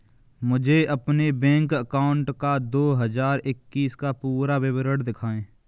मुझे अपने bank account का दो हज़ार इक्कीस का पूरा विवरण दिखाएँ?